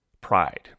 pride